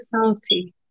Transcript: salty